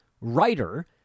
writer